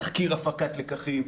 תחקיר הפקת לקחים,